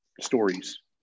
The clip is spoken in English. stories